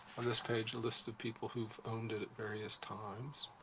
on this page, a list of people who've owned it at various times.